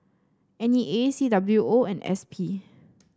N E A C W O and S P